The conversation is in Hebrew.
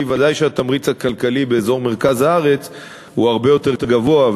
ודאי שהתמריץ הכלכלי באזור מרכז הארץ הוא הרבה יותר גבוה,